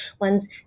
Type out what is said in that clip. ones